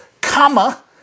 comma